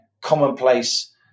commonplace